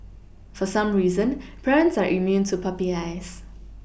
for some reason parents are immune to puppy eyes